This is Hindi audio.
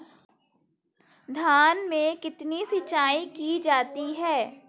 धान में कितनी सिंचाई की जाती है?